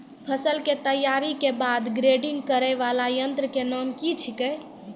फसल के तैयारी के बाद ग्रेडिंग करै वाला यंत्र के नाम की छेकै?